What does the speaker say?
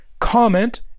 comment